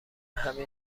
همین